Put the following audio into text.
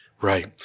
Right